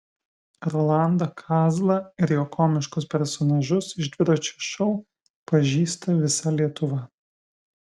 rolandą kazlą ir jo komiškus personažus iš dviračio šou pažįsta visa lietuva